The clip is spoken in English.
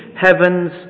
heavens